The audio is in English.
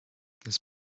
this